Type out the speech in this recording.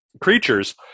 creatures